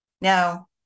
Now